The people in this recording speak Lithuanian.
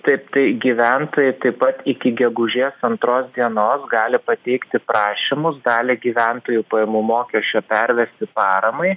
taip tai gyventojai taip pat iki gegužės antros dienos gali pateikti prašymus dalį gyventojų pajamų mokesčio pervesti paramai